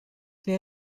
les